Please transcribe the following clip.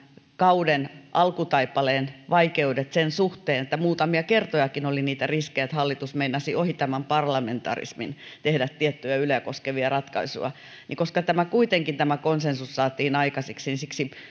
kauden alkutaipaleen vaikeudet sen suhteen että muutamia kertojakin oli niitä riskejä että hallitus meinasi ohi parlamentarismin tehdä tiettyjä yleä koskevia ratkaisuja ja koska kuitenkin tämä konsensus saatiin aikaiseksi niin siksi pidän